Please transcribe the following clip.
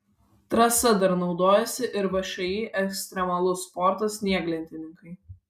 trasa dar naudojasi ir všį ekstremalus sportas snieglentininkai